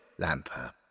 Lamper